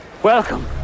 Welcome